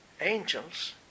angels